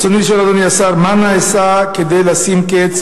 רצוני לשאול: 1. מה נעשה כדי לשים קץ